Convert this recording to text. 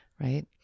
right